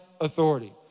authority